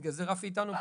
בגלל זה רפי איתנו.